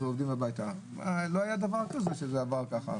לא היה דבר כזה שזה עבר כך.